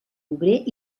obrer